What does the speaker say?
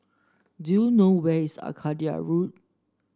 do you know where is Arcadia Road